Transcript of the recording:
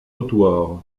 notoires